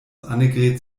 annegret